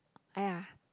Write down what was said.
!aiya!